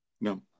No